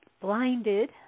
blinded